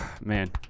man